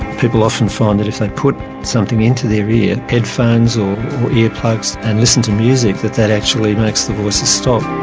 people often find that if they put something into their ear headphones or earplugs and listen to music, that that actually makes the voices stop.